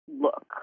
look